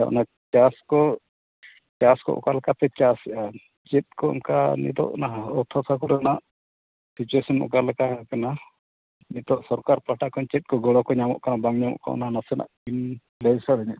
ᱟᱫᱚ ᱚᱱᱮ ᱪᱟᱥ ᱠᱚ ᱪᱟᱥ ᱚᱠᱟ ᱞᱮᱠᱟ ᱯᱮ ᱪᱟᱥ ᱮᱜᱼᱟ ᱪᱮᱫ ᱠᱚ ᱚᱱᱠᱟ ᱱᱤᱛᱳᱜ ᱚᱱᱟ ᱦᱚᱸ ᱚᱛ ᱦᱟᱥᱟ ᱠᱚᱨᱮᱱᱟᱜ ᱯᱚᱡᱤᱥᱮᱱ ᱚᱠᱟ ᱞᱮᱠᱟ ᱠᱟᱱᱟ ᱱᱤᱛᱳᱜ ᱥᱚᱨᱠᱟᱨ ᱯᱟᱦᱴᱟ ᱠᱷᱚᱱ ᱪᱮᱫ ᱠᱚ ᱜᱚᱲᱚ ᱠᱚ ᱧᱟᱢᱚᱜ ᱠᱟᱱ ᱵᱟᱝ ᱧᱟᱢᱚᱜ ᱠᱟᱱ ᱚᱱᱟ ᱱᱟᱥᱮᱱᱟᱜ ᱤᱧ ᱞᱟᱹᱭ ᱤᱧᱟᱹ